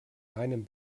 meinem